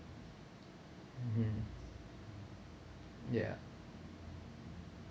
mmhmm ya